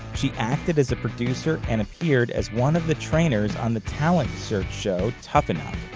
she acted as a producer and appeared as one of the trainers on the talent-search show tough enough,